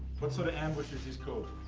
what sort of ambush is this called?